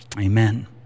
Amen